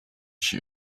she